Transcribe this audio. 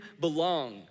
belong